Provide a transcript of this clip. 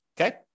Okay